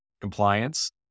compliance